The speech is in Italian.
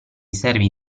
servi